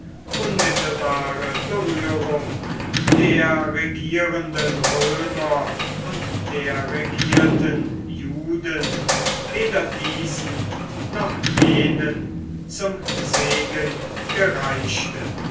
unmittelbare berührung der regierenden römer und der regierten juden weder diesen noch jenen zum segen gereichte